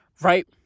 Right